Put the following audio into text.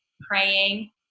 praying